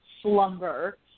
slumber